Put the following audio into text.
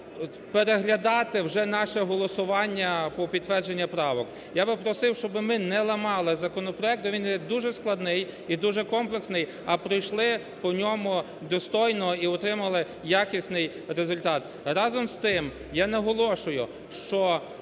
переглядати вже наше голосування по підтвердженню правок. Я би просив, щоб ми не ламали законопроект, бо він іде дуже складний і дуже комплексний, а пройшли по ньому достойно і отримали якісний результат. Разом з тим, я наголошую, що